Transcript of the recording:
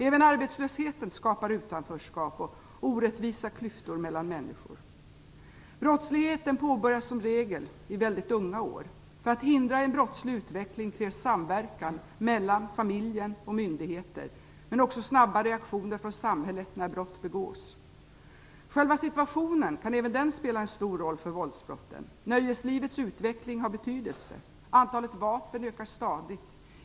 Även arbetslösheten skapar utanförskap och orättvisa klyftor mellan människor. Brottsligheten påbörjas som regel i väldigt unga år. För att hindra en brottslig utveckling krävs samverkan mellan familjen och myndigheter, men också snabba reaktioner från samhället när brott begås. Själva situationen kan även den spela en stor roll för våldsbrotten. Nöjeslivets utveckling har betydelse. Antalet vapen ökar stadigt.